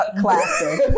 Classic